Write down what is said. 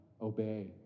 obey